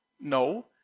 No